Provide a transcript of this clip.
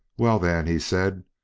well, then, he said,